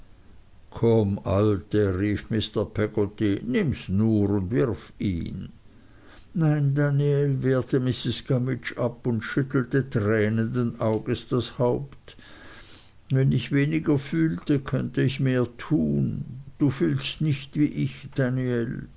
komm alte rief mr peggotty nimms nur und wirf ihn nein daniel wehrte mrs gummidge ab und schüttelte tränenden auges das haupt wenn ich weniger fühlte könnte ich mehr tun du fühlst nicht wie ich daniel